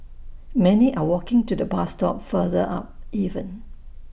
many are walking to the bus stop further up even